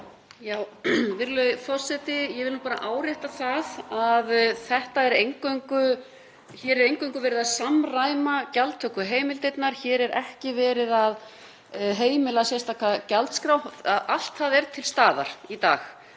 Virðulegi forseti. Ég vil bara árétta það að hér er eingöngu verið að samræma gjaldtökuheimildirnar. Hér er ekki verið að heimila sérstaka gjaldskrá. Allt það er til staðar í dag,